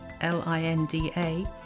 L-I-N-D-A